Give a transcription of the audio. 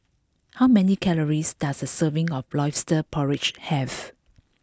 how many calories does a serving of lobster porridge have